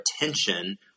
attention